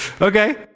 Okay